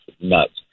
nuts